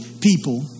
people